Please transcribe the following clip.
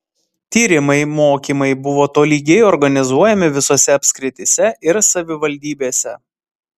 tyrimai mokymai buvo tolygiai organizuojami visose apskrityse ir savivaldybėse